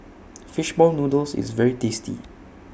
Fish Ball Noodles IS very tasty